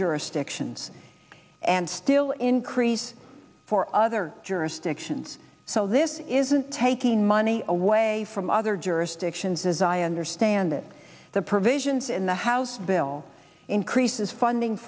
jurisdictions and still increase for other jurisdictions so this isn't taking money away from other jurisdictions as i understand it the visions in the house bill increases funding